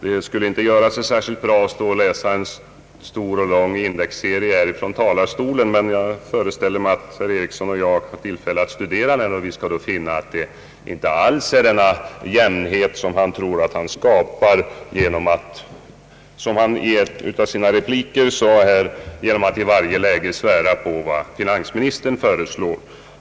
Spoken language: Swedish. Det skulle väl inte göra sig så särskilt bra att här från talarstolen läsa upp en hel lång indexserie, men jag föreställer mig att herr Eriksson och jag får tillfälle att studera denna, och vi skall då finna att han inte alls skapar den jämnhet, som han i en av sina repliker sade, genom att i varje läge »svära på vad finansministern föreslår».